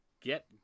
get